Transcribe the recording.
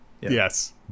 yes